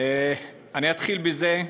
אני אתחיל בזה,